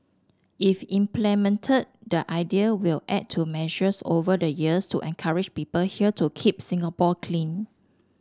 if implemented the idea will add to measures over the years to encourage people here to keep Singapore clean